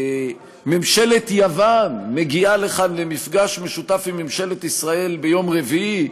ממשלת יוון מגיעה לכאן למפגש משותף עם ממשלת ישראל ביום רביעי,